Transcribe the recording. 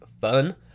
fun